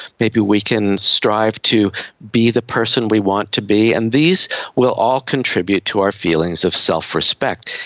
maybe we can strive to be the person we want to be, and these will all contribute to our feelings of self-respect.